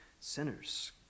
sinners